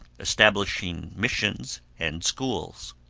establishing missions and schools.